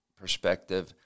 perspective